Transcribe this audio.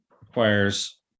requires